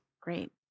great